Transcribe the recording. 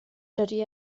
dydy